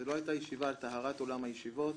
זאת לא הייתה ישיבה על טהרת עולם הישיבות,